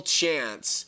chance